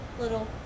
little